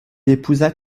épousa